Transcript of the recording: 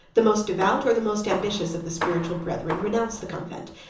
the most devout, or the most ambitious, of the spiritual brethren, renounced the convent,